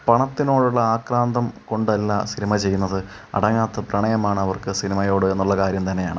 പണത്തിനോടുള്ള ആക്രാന്തം കൊണ്ടല്ല സിനിമ ചെയ്യുന്നത് അടങ്ങാത്ത പ്രണയമാണ് അവർക്ക് സിനിമയോട് എന്നുള്ള കാര്യം തന്നെയാണ്